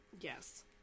yes